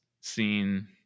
scene